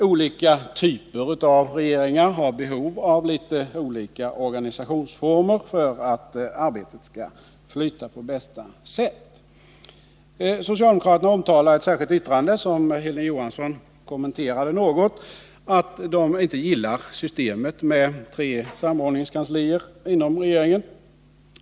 Olika typer av regeringar har behov av litet olika organisationsformer för att arbetet skall flyta på bästa sätt. Socialdemokraterna omtalar i ett särskilt yttrande, som Hilding Johansson något kommenterade, att de inte gillar systemet med tre samordningskanslier inom regeringen.